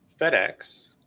FedEx